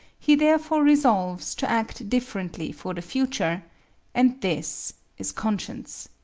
he therefore resolves to act differently for the future and this is conscience.